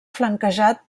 flanquejat